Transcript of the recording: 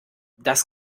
das